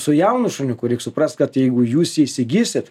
su jaunu šuniuku reik suprast kad jeigu jūs jį įsigysit